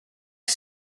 que